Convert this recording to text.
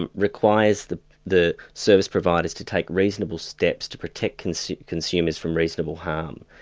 and requires the the service providers to take reasonable steps to protect consumers consumers from reasonable harm,